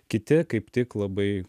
kiti kaip tik labai